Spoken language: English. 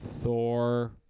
Thor